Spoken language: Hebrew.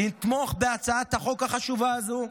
לתמוך בהצעת החוק החשובה הזו,